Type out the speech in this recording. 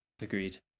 agreed